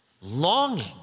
longing